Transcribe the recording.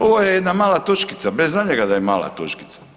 Ovo je jedna mala točkica, bez daljnjega da je mala točkica.